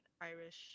Irish